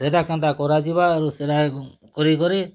ସେଇଟା କେନ୍ତା କରା ଯିବା ଆରୁ ସେରା କରି କରି